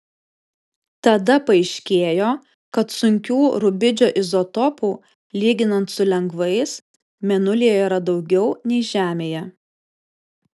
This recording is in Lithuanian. tada paaiškėjo kad sunkių rubidžio izotopų lyginant su lengvais mėnulyje yra daugiau nei žemėje